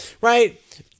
right